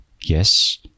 Yes